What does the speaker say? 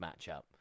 matchup